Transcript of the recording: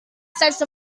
sense